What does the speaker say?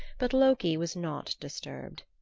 but loki was not disturbed.